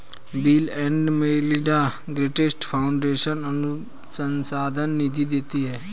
bill and Melinda Gates Foundation अनुसंधान निधि देती है